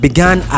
Began